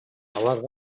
аларга